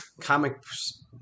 comics